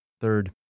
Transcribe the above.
Third